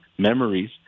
Memories